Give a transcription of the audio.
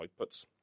outputs